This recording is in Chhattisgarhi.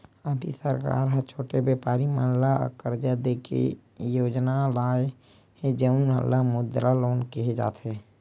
अभी सरकार ह छोटे बेपारी मन ल करजा दे के योजना लाए हे जउन ल मुद्रा लोन केहे जाथे